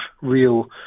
real